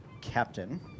Captain